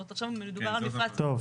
בקיצור,